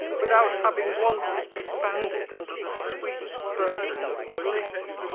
without having once expanded under the sweet burden of bliss?